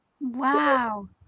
Wow